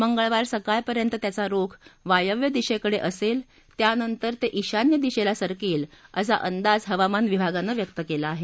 मंगळवार सकाळपर्यंत त्याचा रोख वायव्य दिशेकडे असेल त्यानंतर ते ईशान्य दिशेला सरकेल असा अंदाज हवामान विभागानं व्यक्त केला आहे